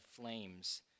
flames